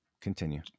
Continue